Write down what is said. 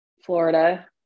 Florida